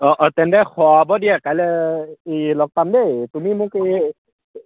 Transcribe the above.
অঁ অঁ তেন্তে খোৱাব দিয়া কাইলৈ এই লগ পাম দেই তুমি মোক এই